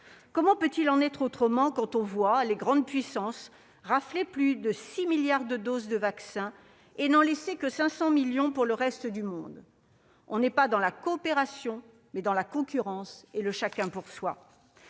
Comment peut-il en être autrement quand on voit les grandes puissances rafler plus de 6 milliards de doses de vaccins et n'en laisser que 500 millions pour le reste du monde ? Nous sommes non pas dans la coopération, mais dans la concurrence et le chacun pour soi